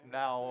now